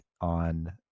on